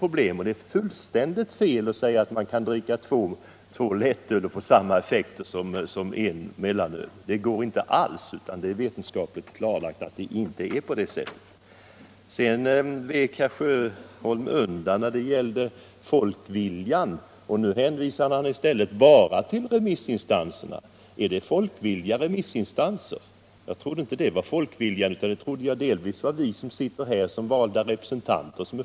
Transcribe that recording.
Det är fullständigt fel att säga att man kan få samma effekt av två lättöl som av en mellanöl. Det går inte alls. Det är vetenskapligt klarlagt att det inte är på det sättet. Herr Sjöholm vek undan när det gällde folkviljan. Nu hänvisar han i stället bara till remissinstanserna. Är remissinstanser folkviljan? Det trodde inte jag. Folkviljan trodde jag bl.a. var vi som sitter här som valda representanter.